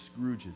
Scrooges